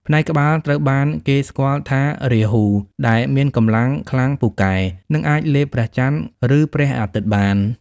ផ្នែកក្បាលត្រូវបានគេស្គាល់ថារាហូ ដែលមានកម្លាំងខ្លាំងពូកែ និងអាចលេបព្រះចន្ទ ឬព្រះអាទិត្យបាន។